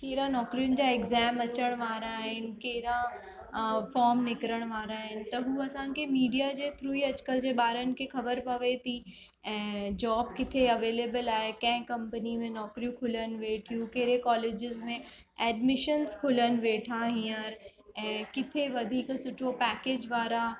कहिड़ा नौकिरियुनि जा एक्ज़ाम अचण वारा आहिनि कहिड़ा फ़ोम निकिरण वारा आहिनि त हूअं असांखे मीडिया जे थ्रू ई अॼुकल्ह जे बारनि खे ख़बर पवे थी ऐं जॉब किथे अवेलेबल आहे कंहिं कंपनी में नौकिरियूं खुलनि वेठियूं कहिड़े कॉलेजिस में ऐडमिशन्स खुलियल वेठा हींअर ऐं किथे वधीक सुठो पैकेज वारा